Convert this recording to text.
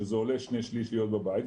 שזה עולה שני שליש להיות בבית,